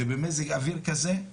ובמזג אוויר כזה,